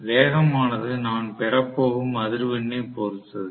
வேகம் ஆனது நான் பெறப்போகும் அதிர்வெண்ணை பொறுத்தது